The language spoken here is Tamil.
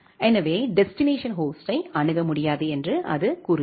எனவே டெஸ்டினேஷன் ஹோஸ்டை அணுக முடியாது என்று அது கூறுகிறது